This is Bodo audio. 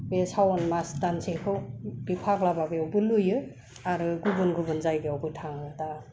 बे सावोन मास दानसेखौ बे फाग्ला बाबायावबो लुयो आरो गुबुन गुबुन जायगायावबो थाङो दा